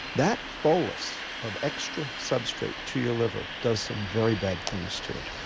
that bolus of extra substrate to your liver does some very bad things to it.